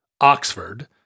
Oxford